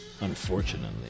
Unfortunately